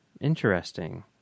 interesting